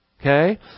Okay